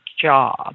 job